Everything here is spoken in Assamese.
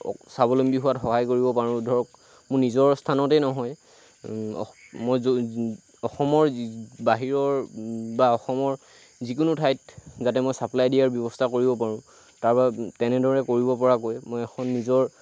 স্বাৱলম্বী হোৱাত সহায় কৰিব পাৰোঁ ধৰক মোৰ নিজৰ স্থানতে নহয় মই অসমৰ বাহিৰৰ বা অসমৰ যিকোনো ঠাইত যাতে মই চাপ্লাই দিয়াৰ ব্যৱস্থা কৰিব পাৰোঁ তাৰ পৰা তেনেদৰে কৰিব পৰাকৈ মই এখন নিজৰ